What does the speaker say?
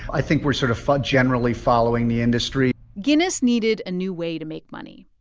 i think we're sort of but generally following the industry guinness needed a new way to make money,